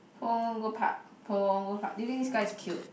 Punggol Park Punggol Park do you think this guy is cute